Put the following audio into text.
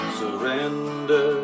surrender